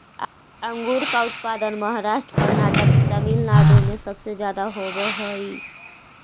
अंगूर का उत्पादन महाराष्ट्र, कर्नाटक, तमिलनाडु में सबसे ज्यादा होवअ हई